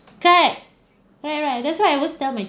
correct right right that's why I always tell my